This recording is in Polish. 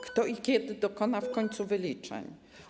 Kto i kiedy dokona w końcu wyliczeń?